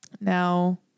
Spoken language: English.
Now